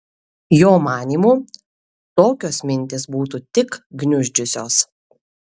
jo manymu tokios mintys būtų tik gniuždžiusios